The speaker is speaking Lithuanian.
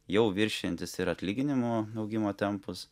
jau viršijantys ir atlyginimų augimo tempus